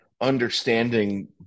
understanding